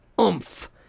oomph